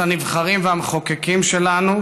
בית הנבחרים והמחוקקים שלנו,